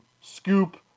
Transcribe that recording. scoop